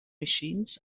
machines